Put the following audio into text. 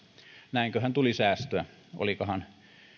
näinköhän tuli säästöä olikohan